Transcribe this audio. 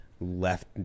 left